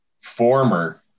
former